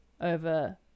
over